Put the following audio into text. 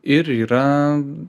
ir yra